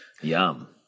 Yum